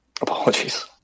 Apologies